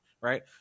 right